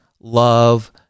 love